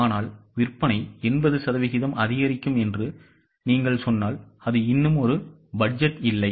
ஆனால் விற்பனை 80 சதவிகிதம் அதிகரிக்கும் என்று நீங்கள் சொன்னால் அது இன்னும் ஒரு பட்ஜெட் இல்லை